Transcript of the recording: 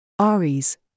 Aries –